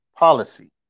policy